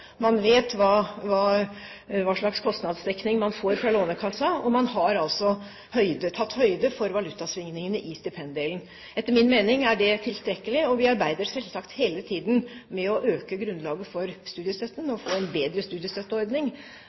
Man vet hva slags kostnadsdekning man får fra Lånekassen, og man har altså tatt høyde for valutasvingningene i stipenddelen. Etter min mening er det tilstrekkelig. Vi arbeider selvsagt hele tiden med å øke grunnlaget for studiestøtten og få en bedre studiestøtteordning.